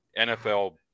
nfl